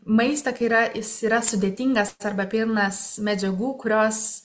maistą kai yra jis yra sudėtingas arba pilnas medžiagų kurios